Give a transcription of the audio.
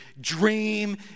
dream